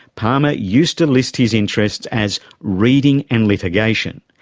palmer used to list his interests as reading and litigation.